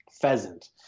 pheasant